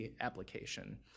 application